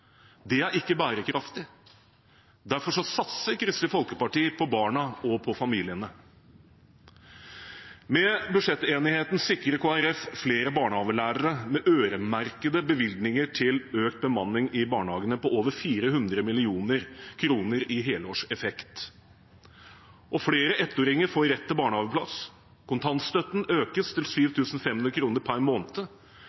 Det er ikke bærekraftig. Derfor satser Kristelig Folkeparti på barna og familiene. Med budsjettenigheten sikrer Kristelig Folkeparti flere barnehagelærere, med øremerkede bevilgninger til økt bemanning i barnehagene på over 400 mill. kr i helårseffekt, og flere ettåringer får rett til barnehageplass. Kontantstøtten økes til